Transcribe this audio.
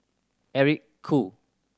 Eric Khoo